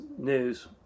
News